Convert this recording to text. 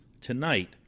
tonight